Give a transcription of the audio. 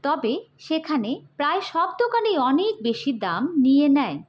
তবে সেখানে প্রায় সব দোকানেই অনেক বেশি দাম নিয়ে নেয়